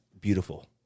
beautiful